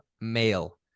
male